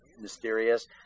mysterious